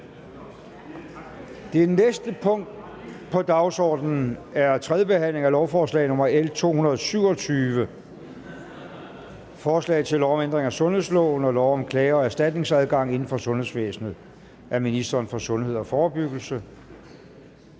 Det næste punkt på dagsordenen er: 4) 3. behandling af lovforslag nr. L 227: Forslag til lov om ændring af sundhedsloven og lov om klage- og erstatningsadgang inden for sundhedsvæsenet. (Ændring af rammerne for almene